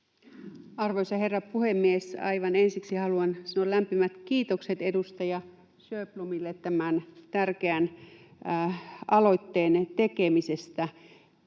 Arvoisa herra puhemies! Aivan ensiksi haluan sanoa lämpimät kiitokset edustaja Sjöblomille tämän tärkeän aloitteen tekemisestä.